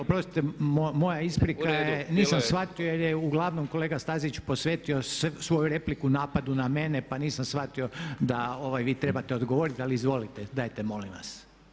Oprostite moja isprika je, nisam shvatio jer je u glavnom kolega Stazić posvetio svoju repliku napadu na mene, pa nisam shvatio da vi trebate odgovoriti, ali izvolite, dajte molim vas.